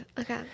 Okay